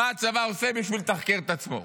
מה הצבא עושה בשביל לתחקר את עצמו.